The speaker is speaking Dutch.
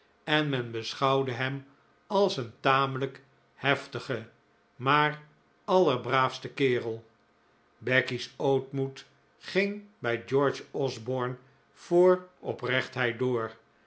en men beschouwde hem als een tamelijk heftige maar alle rbraafste kerel becky's ootmoed ging bij george osborne voor oprechtheid door